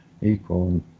equal